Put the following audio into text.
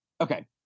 okay